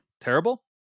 terrible